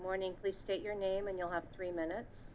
morning please state your name and you'll have three minutes